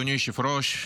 אדוני היושב-ראש,